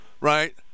right